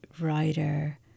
writer